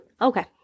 Okay